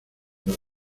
los